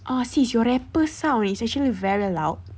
uh sis your wrapper sound is actually very loud